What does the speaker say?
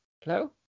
hello